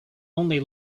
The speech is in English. only